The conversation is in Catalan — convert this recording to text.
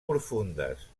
profundes